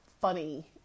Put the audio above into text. funny